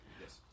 Yes